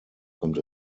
kommt